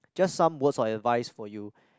just some words of advice for you